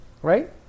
Right